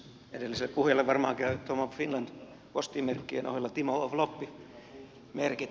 edelliselle puhujalle varmaan käyvät tom of finland postimerkkien ohella timo of loppi merkit